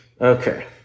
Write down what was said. Okay